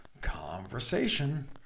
conversation